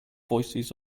voices